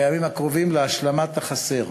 בימים הקרובים להשלמת החסר.